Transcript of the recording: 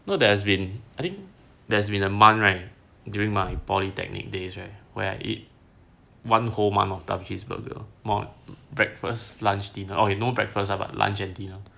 you know there has been I think there's been a month right during my polytechnic days right where I ate one whole month of double cheeseburger mo~ breakfast lunch dinner okay no breakfast ah but lunch and dinner